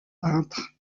peintre